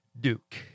Duke